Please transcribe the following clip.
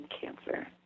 cancer